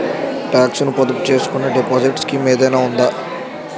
Talks ను పొదుపు చేసుకునే డిపాజిట్ స్కీం ఏదైనా ఉందా?